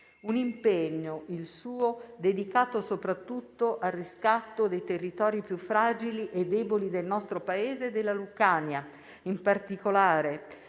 Un impegno, il suo, dedicato soprattutto al riscatto dei territori più fragili e deboli del nostro Paese e della Lucania in particolare,